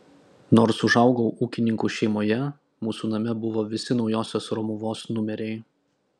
nors užaugau ūkininkų šeimoje mūsų name buvo visi naujosios romuvos numeriai